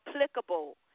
applicable